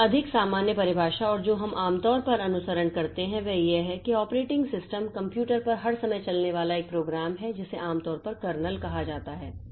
एक अधिक सामान्य परिभाषा और जो हम आमतौर पर अनुसरण करते हैं वह यह है कि ऑपरेटिंग सिस्टम कंप्यूटर पर हर समय चलने वाला एक प्रोग्राम है जिसे आमतौर पर कर्नेल कहा जाता है